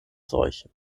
seuche